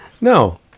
No